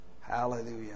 hallelujah